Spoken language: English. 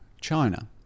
China